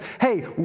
Hey